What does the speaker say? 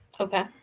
Okay